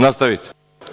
Nastavite.